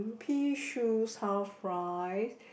P shoes half price